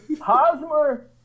Hosmer